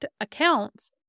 accounts